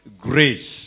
grace